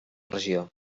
regió